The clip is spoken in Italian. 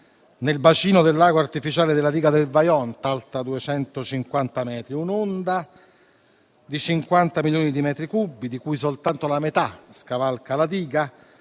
nel bacino del lago artificiale della diga del Vajont, alta 250 metri. Un'onda di 50 milioni di metri cubi, di cui soltanto la metà scavalca la diga,